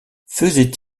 faisait